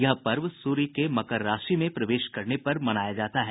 यह पर्व सूर्य के मकर राशि में प्रवेश करने पर मनाया जाता है